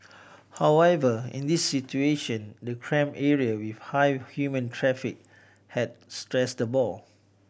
however in this situation the cramped area with high human traffic had stressed the boar